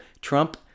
Trump